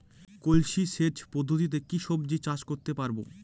কলসি সেচ পদ্ধতিতে কি সবজি চাষ করতে পারব?